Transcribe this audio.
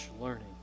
learning